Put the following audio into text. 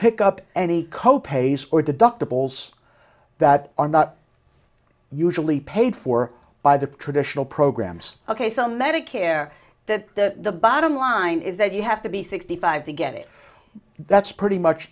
pick up any co pays or deductibles that are not usually paid for by the traditional programs ok so medicare that the bottom line is that you have to be sixty five to get it that's pretty much